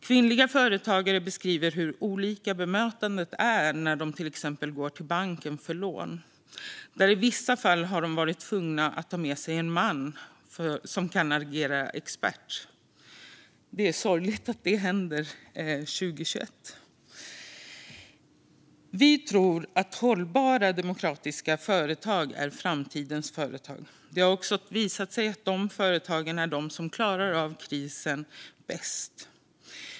Kvinnliga företagare beskriver hur olika bemötandet är när de till exempel går till banken för lån. I vissa fall har de varit tvungna att ha med sig en man som kunnat agera expert. Det är sorgligt att detta händer 2021. Vi tror att hållbara demokratiska företag är framtidens företag. Det har också visat sig att det är dessa företag som klarar av en kris bäst.